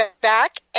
back